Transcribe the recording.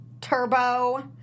Turbo